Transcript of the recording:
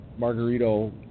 Margarito